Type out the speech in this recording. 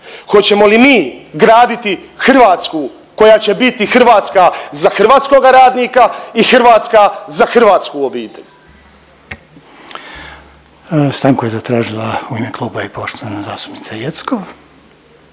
Hoćemo li mi graditi Hrvatsku koja će biti Hrvatska za hrvatskoga radnika i Hrvatska za hrvatsku obitelj? **Reiner, Željko (HDZ)** Stanku je zatražila u ime kluba i poštovana zastupnica Jeckov.